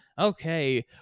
Okay